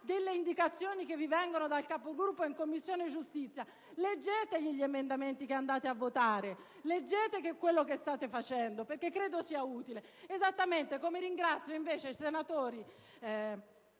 delle indicazioni che vi vengono dal Capogruppo in Commissione giustizia, leggete gli emendamenti che andate a votare, leggete quello che state facendo, perché credo sia utile. Ringrazio invece i senatori